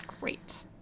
Great